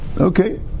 Okay